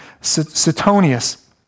Suetonius